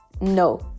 No